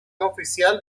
oficial